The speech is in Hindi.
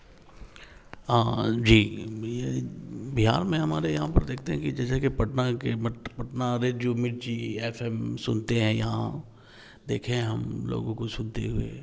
हाँ जी बिहार में हमारे यहाँ पर देखते हैं कि जैसे कि पटना के मट पटना में जो मिर्ची एफ एम सुनते हैं यहाँ देखे हैं हम लोगों को सुनते हुए